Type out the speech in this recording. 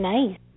Nice